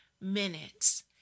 minutes